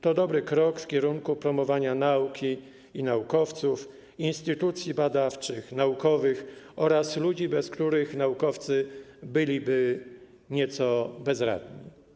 To dobry krok w kierunku promowania nauki i naukowców, instytucji badawczych, naukowych oraz ludzi, bez których naukowcy byliby nieco bezradni.